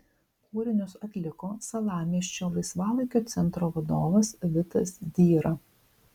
kūrinius atliko salamiesčio laisvalaikio centro vadovas vitas dyra